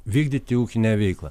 vykdyti ūkinę veiklą